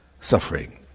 suffering